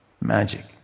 magic